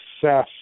success